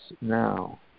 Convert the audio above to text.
now